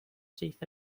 chief